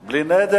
תגיד "בלי נדר".